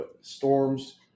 storms